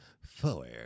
four